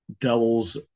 Devils